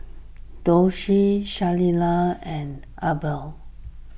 Doshie Sheilah and Abner